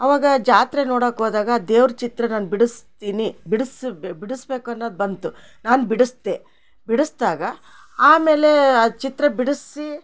ಅವಾಗಾ ಜಾತ್ರೆ ನೋಡಕ್ಕೆ ಹೋದಾಗ ದೇವ್ರು ಚಿತ್ರ ನಾನು ಬಿಡಸ್ತೀನಿ ಬಿಡಸ್ ಬೆ ಬಿಡಿಸಬೇಕು ಅನ್ನೋದು ಬಂತು ನಾನು ಬಿಡಿಸದೆ ಬಿಡ್ಸ್ದಾಗ ಆಮೇಲೇ ಆ ಚಿತ್ರ ಬಿಡಸಿ